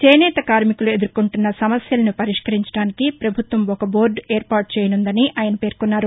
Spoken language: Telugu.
చేనేత కార్శికులు ఎదుర్కొంటున్న సమస్యలను పరిష్కరించడానికి పభుత్వం ఒక బోర్టు ఏర్పాటు చేయనున్నదని ఆయన పేర్కొన్నారు